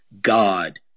God